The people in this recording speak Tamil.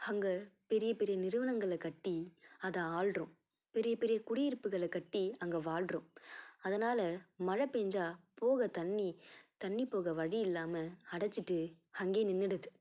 அங்க பெரிய பெரிய நிறுவனங்களை கட்டி அதை ஆள்கிறோம் பெரிய பெரிய குடியிருப்புகளை கட்டி அங்கே வாழ்றோம் அதனால் மழைப்பேஞ்சா போக தண்ணி தண்ணிப்போக வழி இல்லாமல் அடைச்சிட்டு அங்கேயே நின்றுடுது